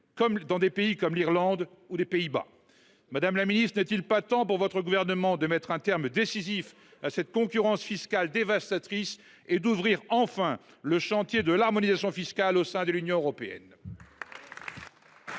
dans des pays comme l’Irlande ou les Pays Bas. N’est il pas temps pour le Gouvernement de mettre un terme décisif à cette concurrence fiscale dévastatrice et d’ouvrir enfin le chantier de l’harmonisation fiscale au sein de l’Union européenne ?